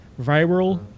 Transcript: viral